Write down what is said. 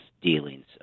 dealings